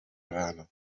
verano